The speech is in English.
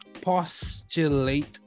postulate